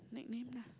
nickname lah